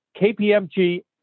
KPMG